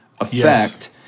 effect –